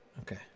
Okay